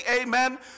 amen